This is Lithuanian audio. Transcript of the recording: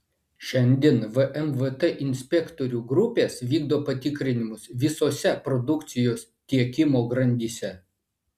šiandien vmvt inspektorių grupės vykdo patikrinimus visose produkcijos tiekimo grandyse